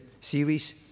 series